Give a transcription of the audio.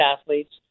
athletes